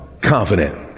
confident